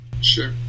Sure